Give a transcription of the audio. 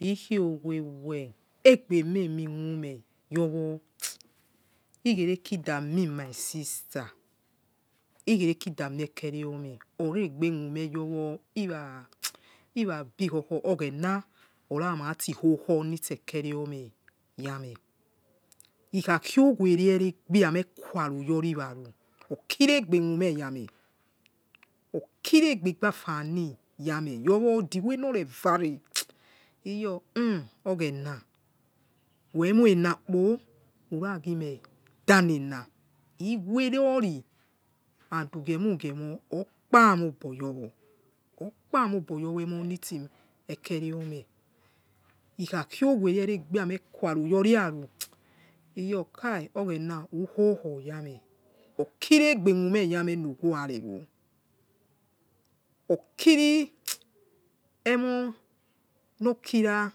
Ikhi owe well egbe emema mumeh yor wor stu igereke idami my sister igereje idamie ekerio meh oregbe mume yor wor ira bikho kho oghena ora mati khokho nitse ekerio meh yameh ikha ki owe reh eregbia meh qua aro youri wa ror oki re egbe mumeyameh okiregegbi afam yameh iyonr whom oghena wemoi enakpo uragimeh danena iwerori and ugie mor ugie mor okpamo ogbot your wor okpa moboyor wor emo nitsi eke riomeh ikhakiowere eregbia meh quaror yowi aror iyor kai oghe na ukhokhoyameh okiregbemumeh norkuarewor okiri emor nor kira